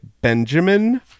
Benjamin